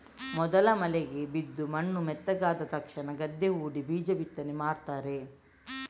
ಮೊದಲ ಮಳೆ ಬಿದ್ದು ಮಣ್ಣು ಮೆತ್ತಗಾದ ತಕ್ಷಣ ಗದ್ದೆ ಹೂಡಿ ಬೀಜ ಬಿತ್ತನೆ ಮಾಡ್ತಾರೆ